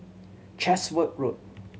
Chatsworth Road